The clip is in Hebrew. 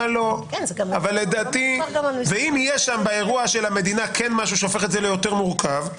ואם כן יהיה באירוע של המדינה משהו שיהפוך את זה ליותר מורכב,